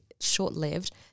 short-lived